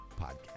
podcast